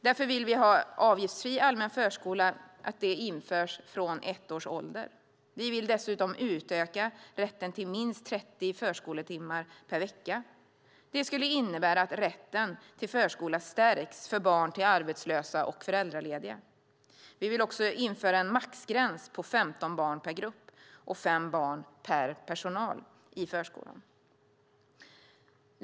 Därför vill vi att avgiftsfri allmän förskola införs från ett års ålder. Vi vill dessutom utöka rätten till minst 30 förskoletimmar per vecka. Det skulle innebära att rätten till förskola stärks för barn till arbetslösa och föräldralediga. Vi vill också införa en maxgräns på 15 barn per grupp och 5 barn per personal i förskolan.